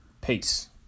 Peace